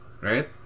right